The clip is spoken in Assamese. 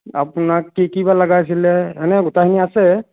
আপোনাক কি কি বা লগা আছিলে এনে গোটেইখিনি আছে